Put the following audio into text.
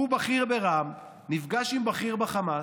שהוא בכיר ברע"מ, נפגש עם בכיר בחמאס.